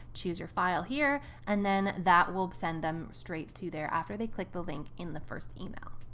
choose your file here, and then that will send them straight to there after they click the link in the first email.